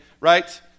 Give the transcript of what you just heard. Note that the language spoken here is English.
right